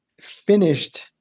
finished